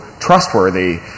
trustworthy